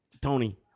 Tony